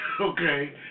Okay